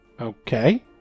Okay